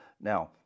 Now